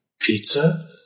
Pizza